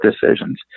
decisions